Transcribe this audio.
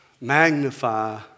Magnify